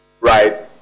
right